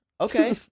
Okay